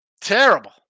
terrible